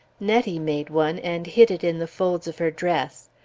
nettie made one and hid it in the folds of her dress.